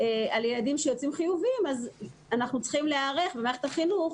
ילדים חיוביים אנחנו צריכים להיערך במערכת החינוך.